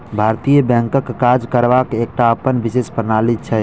भारतीय बैंकक काज करबाक एकटा अपन विशेष प्रणाली छै